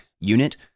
unit